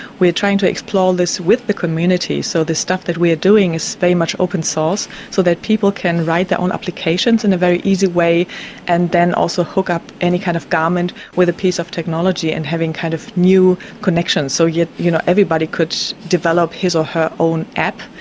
we are trying to explore this with the community. so the stuff that we are doing is very much open source so that people can write their own applications in a very easy way and then also hook up any kind of garment with a piece of technology and having kind of new connections. so, you you know, everybody could develop his or her own app,